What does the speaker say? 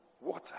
water